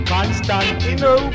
Constantino